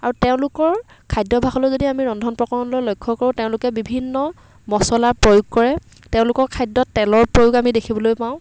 আৰু তেওঁলোকৰ খাদ্যভ্যাসলৈ যদি আমি ৰন্ধন প্ৰকৰণলৈ লক্ষ্য কৰোঁ তেওঁলোকে বিভিন্ন মচলা প্ৰয়োগ কৰে তেওঁলোকৰ খাদ্যত তেলৰ প্ৰয়োগ আমি দেখিবলৈ পাওঁ